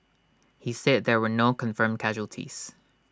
he said there were no confirmed casualties